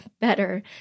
better